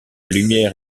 lumière